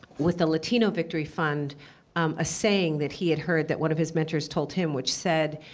with a latino victory fund a saying that he had heard that one of his mentors told him, which said,